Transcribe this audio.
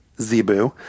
zebu